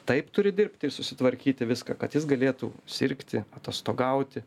taip turi dirbti ir susitvarkyti viską kad jis galėtų sirgti atostogauti